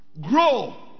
Grow